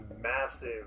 massive